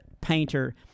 painter